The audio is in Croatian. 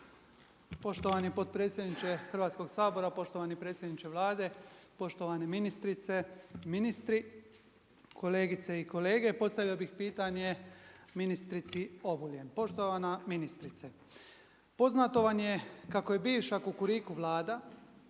Poštovani potpredsjedniče Hrvatskoga sabora, poštovani predsjedniče Vlade, poštovane ministrice, ministri, kolegice i kolege. Postavio bih pitanje ministrici Obuljen. Poštovana ministrice, poznato vam je kako je bivša kukuriku Vlada